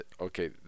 okay